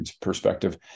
perspective